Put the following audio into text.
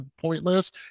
pointless